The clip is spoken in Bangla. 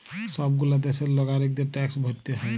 সব গুলা দ্যাশের লাগরিকদের ট্যাক্স ভরতে হ্যয়